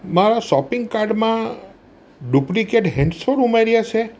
મારા સોપિંગ કાર્ડમાં duplicate headphones ઉમેર્યા છે